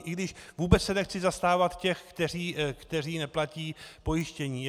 I když vůbec se nechci zastávat těch, kteří neplatí pojištění.